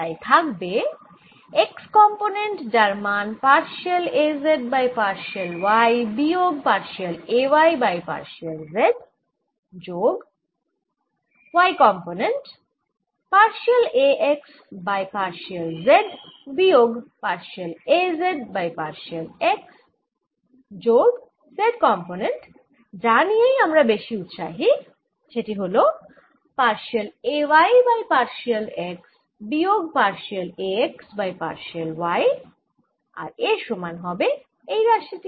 তাই থাকবে x component যার মান partial A z by partial y বিয়োগ partial A y by partial z যোগ y component partial A x by partial z বিয়োগ partial A z by partial x যোগ z কম্পোনেন্টযা নিয়ে আমরা বেশি উৎসাহী সেটি হল partial A y by partial x বিয়োগ partial A x by partial y আর এর সমান হবে এই রাশি টি